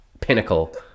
pinnacle